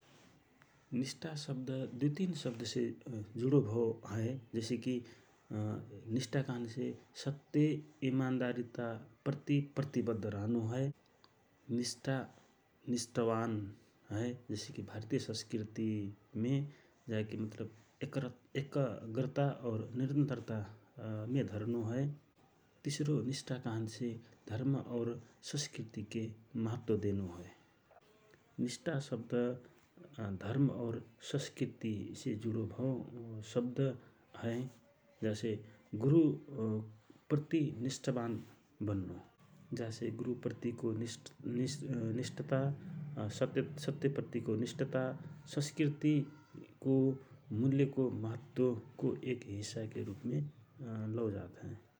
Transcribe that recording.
निष्ठा शब्द तिन शब्दसे जुडो भव हए जसे कि निष्टा कहन्से सत्य, इमन्दारीता प्रति प्रतिबद्ध रहनो हए । निष्टा निष्टवान हए जैसे कि भारतिय संस्कृति मे जाके एकाग्रता और निरन्तरता मे धरनो हए । तिसरो निष्ठा कहन्से संस्कृतिके महत्व देनो हए, निष्टा शव्द धर्म और संस्कृति से जुडो भव शव्द हए गुरू प्रति निष्टवान बन्नो जासे गुरू प्रतिको निष्टता, सत्य प्रतिको निष्टता, संस्कृतिको मुल्यको महत्वको एक हिस्सा के रूपमे लौ जात हए ।